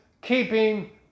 keeping